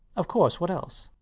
of course. what else?